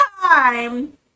time